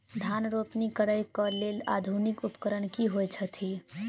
धान रोपनी करै कऽ लेल आधुनिक उपकरण की होइ छथि?